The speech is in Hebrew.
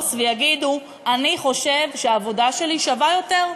ויגידו: אני חושב שהעבודה שלי שווה יותר,